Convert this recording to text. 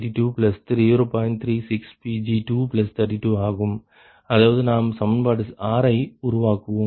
36Pg232 ஆகும் அதாவது நாம் சமன்பாடு 6 ஐ உருவாக்குகிறோம்